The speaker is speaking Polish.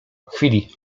chwili